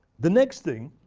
the next thing